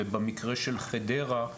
ובמקרה של חדרה,